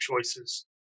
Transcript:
choices